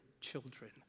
children